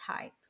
type